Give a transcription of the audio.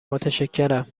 متشکرم